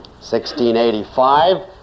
1685